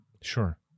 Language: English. Sure